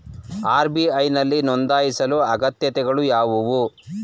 RBI ನಲ್ಲಿ ನೊಂದಾಯಿಸಲು ಅಗತ್ಯತೆಗಳು ಯಾವುವು?